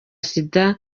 sida